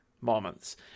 moments